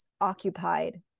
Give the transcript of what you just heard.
occupied